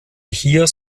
hier